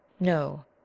No